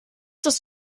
das